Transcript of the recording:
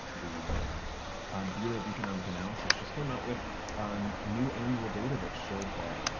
the um bureau of economic analysis just came out with new annual data that showed that,